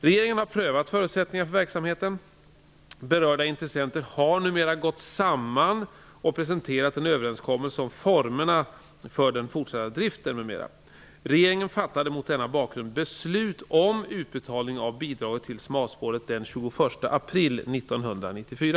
Regeringen har prövat förutsättningarna för verksamheten. Berörda intressenter har numera gått samman och presenterat en överenskommelse om formerna för den fortsatta driften m.m. Regeringen fattade mot denna bakgrund beslut om utbetalning av bidraget till smalspåret den 21 april 1994.